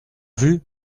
vus